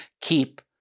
keep